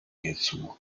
hierzu